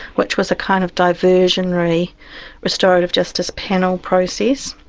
which was a kind of diversionary restorative justice panel process.